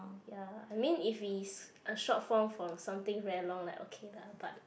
ya I mean if we uh short form for something very long then okay lah but